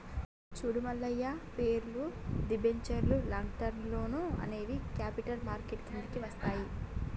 చూడు మల్లయ్య పేర్లు, దిబెంచర్లు లాంగ్ టర్మ్ లోన్లు అనేవి క్యాపిటల్ మార్కెట్ కిందికి వస్తాయి